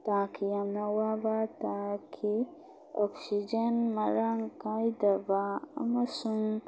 ꯇꯥꯈꯤ ꯌꯥꯝꯅ ꯑꯋꯥꯕ ꯇꯥꯈꯤ ꯑꯣꯛꯁꯤꯖꯦꯟ ꯃꯔꯥꯡ ꯀꯥꯏꯗꯕ ꯑꯃꯁꯨꯡ